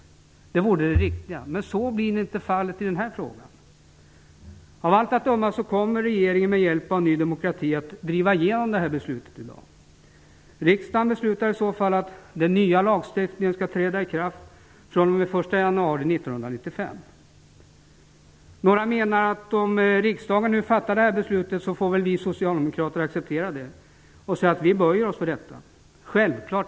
Det vore det riktiga, men så blir inte fallet här. Av allt att döma kommer regeringen med hjälp av Ny demokrati att driva igenom beslutet i dag. Riksdagen beslutar i så fall att den nya lagstiftningen skall träda i kraft den 1 januari 1995. Några personer menar att vi socialdemokrater får acceptera och böja oss för detta, om riksdagen nu fattar det beslutet.